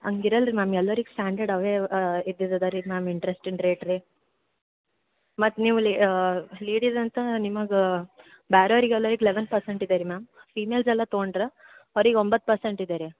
ಹಂಗೆ ಇರಲ್ಲರೀ ರೀ ಮ್ಯಾಮ್ ಎಲ್ಲರಿಗೆ ಸ್ಟ್ಯಾಂಡರ್ಡ್ ಅವೇ ಇದ್ದಿದ್ದು ಅದೆ ರೀ ಮ್ಯಾಮ್ ಇಂಟ್ರಸ್ಟಿನ್ ರೇಟ್ ರೀ ಮತ್ತು ನೀವು ಲೇ ಲೇಡಿಸ್ ಅಂತ ನಿಮಗೆ ಬೇರೆ ಅವರಿಗೆಲ್ಲ ಈಗ ಲೆವೆನ್ ಪರ್ಸೆಂಟ್ ಇದೆ ರೀ ಮ್ಯಾಮ್ ಫಿಮೇಲ್ಸ್ ಎಲ್ಲ ತಗೊಂಡ್ರೆ ಅವ್ರಿಗೆ ಒಂಬತ್ತು ಪರ್ಸೆಂಟ್ ಇದೆ ರೀ